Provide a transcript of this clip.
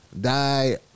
die